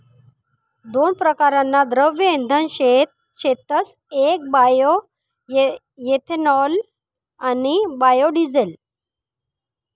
दोन परकारना द्रव्य इंधन शेतस येक बायोइथेनॉल आणि बायोडिझेल